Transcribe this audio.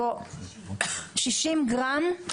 60 גרם,